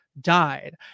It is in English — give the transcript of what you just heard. died